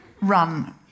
run